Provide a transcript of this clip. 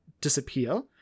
disappear